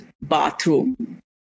bathroom